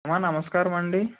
అమ్మ నమస్కారమండి